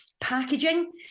packaging